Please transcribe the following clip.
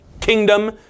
kingdom